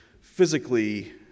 physically